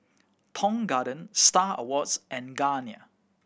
Tong Garden Star Awards and Garnier